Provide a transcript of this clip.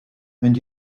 and